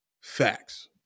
Facts